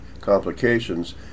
complications